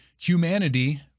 humanity